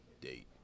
Date